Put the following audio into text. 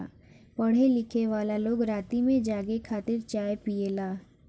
पढ़े लिखेवाला लोग राती में जागे खातिर चाय पियेला